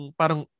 parang